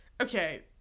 okay